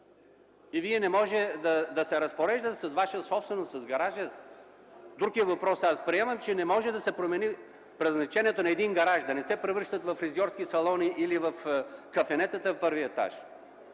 и Вие не можете да се разпореждате с Ваша собственост – с гаража. Друг е въпросът, аз приемам, че не може да се промени предназначението на един гараж, да не се превръща във фризьорски салон или в кафене – на първия етаж.